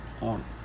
on